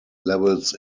levels